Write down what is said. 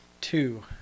two